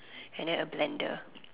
and then a blender